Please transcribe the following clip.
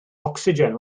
ocsigen